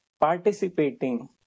participating